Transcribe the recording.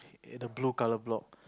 eh the blue colour block